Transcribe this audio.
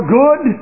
good